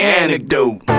anecdote